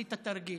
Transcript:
עשית תרגיל: